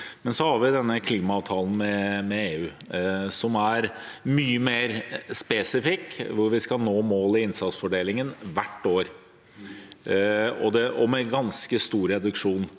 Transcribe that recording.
Klimaavtalen med EU er mye mer spesifikk – vi skal nå målet i innsatsfordelingen hvert år og med ganske stor reduksjon